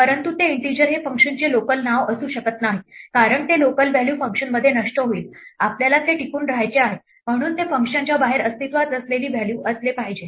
परंतु ते इन्टिजर हे फंक्शनचे लोकल नाव असू शकत नाही कारण ते लोकल व्हॅल्यू फंक्शनमध्ये नष्ट होईल आपल्याला ते टिकून राहायचे आहे म्हणून ते फंक्शनच्या बाहेर अस्तित्वात असलेली व्हॅल्यू असले पाहिजे